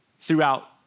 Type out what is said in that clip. throughout